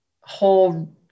whole